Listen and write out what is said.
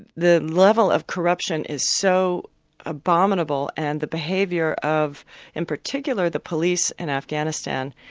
the the level of corruption is so abominable and the behaviour of in particular the police in afghanistan,